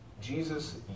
Jesus